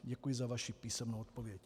Děkuji za vaši písemnou odpověď.